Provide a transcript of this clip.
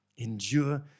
Endure